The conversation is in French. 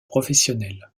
professionnels